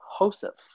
Joseph